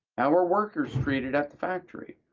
how are workers treated at the factory?